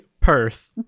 Perth